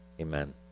Amen